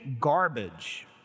garbage